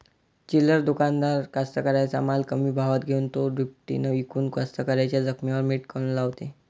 चिल्लर दुकानदार कास्तकाराइच्या माल कमी भावात घेऊन थो दुपटीनं इकून कास्तकाराइच्या जखमेवर मीठ काऊन लावते?